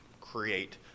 create